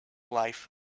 life